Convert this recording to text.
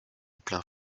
plaint